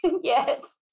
yes